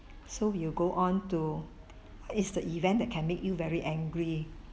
so you go on to is the event that can make you very angry